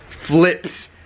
flips